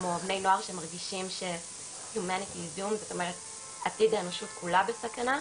כמו בני נוער שמרגישים שעתיד האנושות כולה בסכנה.